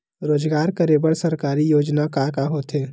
रोजगार करे बर सरकारी योजना का का होथे?